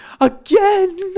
again